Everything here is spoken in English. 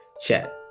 chat